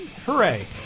Hooray